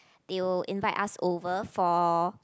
they will invite us over for